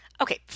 Okay